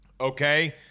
Okay